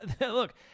look